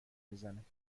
میزند